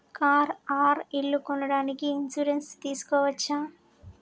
Car or ఇల్లు కొనడానికి insurance తీస్కోవచ్చా?